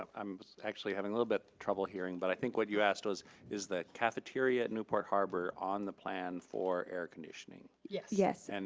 um actually having a little bit trouble hearing but i think what you asked was is the cafeteria at newport harbor on the plan for air conditioning? yes. yes. and